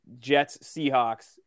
Jets-Seahawks